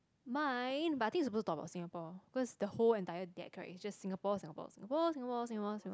my but I think suppose to talk about Singapore because the whole entire get correct is just Singapore Singapore Singapore Singapore Singapore Singapore